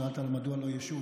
שאלת מדוע לא יישוב,